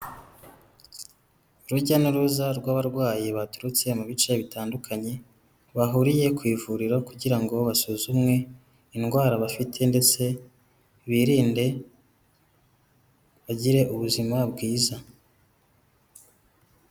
Urujya n'uruza rw'abarwayi baturutse mu bice bitandukanye, bahuriye ku ivuriro kugira ngo basuzumwe indwara bafite ndetse birinde, bagire ubuzima bwiza.